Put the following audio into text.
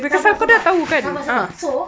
sabar sabar sabar sabar so